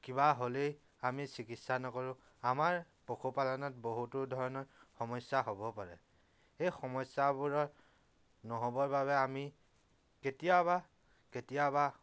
কিবা হ'লেই আমি চিকিৎসা নকৰোঁ আমাৰ পশুপালনত বহুতো ধৰণৰ সমস্য়া হ'ব পাৰে সেই সমস্য়াবোৰৰ নহ'বৰ বাবে আমি কেতিয়াবা কেতিয়াবা